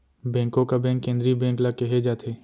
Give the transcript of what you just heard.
बेंको का बेंक केंद्रीय बेंक ल केहे जाथे